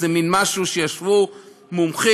איזה מין משהו שישבו מומחים,